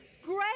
Great